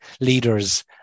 leaders